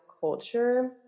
culture